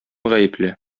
гаепле